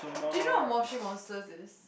do you know what Moshi-Monsters is